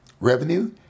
Revenue